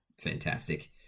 fantastic